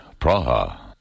Praha